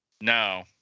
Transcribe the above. No